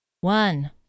One